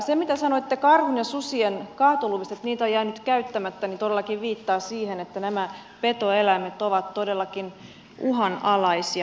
se mitä sanoitte karhun ja susien kaatoluvista että niitä on jäänyt käyttämättä viittaa siihen että nämä petoeläimet ovat todellakin uhanalaisia